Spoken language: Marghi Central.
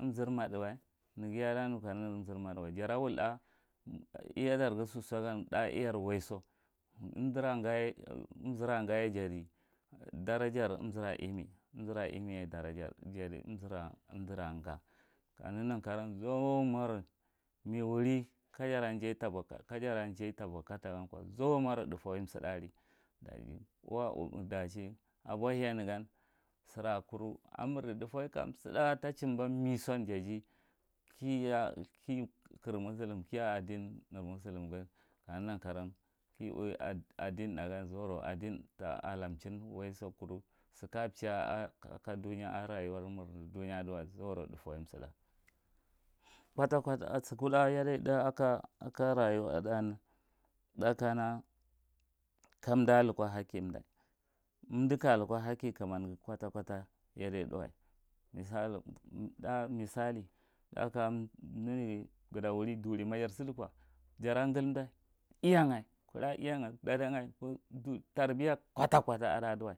umzir madwe neghiye ada mur kana umdir madawe jara wul thá iya danghi sodso gan thá iyar weso umzira gaye jadi darajar umzira ime umzira imeye jadi dora jar umzira g aka neghi nan karou sumaru me wuri kajara jay tabokkata gan ko zaumara thá fawai sudtha, ali dachi abohiya negan sura amirdi tháfawai ka so thá ali, dachi abohinegan sira kuru mirdi thá fawai kasuda tachimba miso ja jay kiya kikir muslum ki adin kir muslum ghi ka neghi nan karowan ki way adin thá gan adni kira musllum gan si ka ja chie a ko duneya a duwai a ka rayuwa mur duya adiwai zuro sutha, kota kota sikudha yada iyathá ako rauwa thán thá kana umda luka hakki umda umdu ka luko hakki kumanghi kota kota yadi thá wai thá me sali duri ma jar sidi ko jar ngul umda iyaga th’u adha iyaga tarbey kota kota adiwa